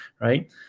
right